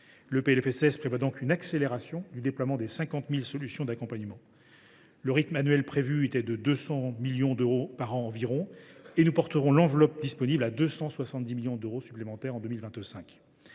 Le PLFSS prévoit ainsi une accélération du déploiement des 50 000 nouvelles solutions d’accompagnement. Le rythme prévu s’appuyait sur 200 millions d’euros environ par an. Nous porterons l’enveloppe disponible à 270 millions d’euros supplémentaires en 2025.